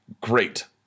great